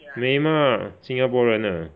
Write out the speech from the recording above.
美 mah 新加坡人 ah